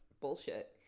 bullshit